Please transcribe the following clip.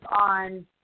on